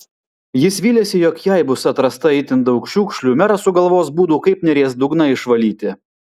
jis vylėsi jog jei bus atrasta itin daug šiukšlių meras sugalvos būdų kaip neries dugną išvalyti